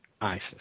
ISIS